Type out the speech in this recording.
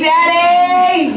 Daddy